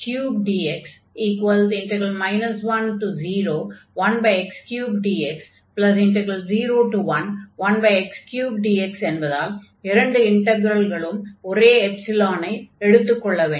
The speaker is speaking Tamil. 111x3dx 101x3dx011x3dx என்பதால் இரண்டு இன்டக்ரல்களிலும் ஒரே எப்ஸிலானை எடுத்துக் கொள்ள வேண்டும்